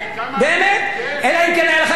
אלא אם כן היה לך יושב-ראש ועדת הכספים אחר.